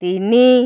ତିନି